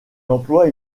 emploie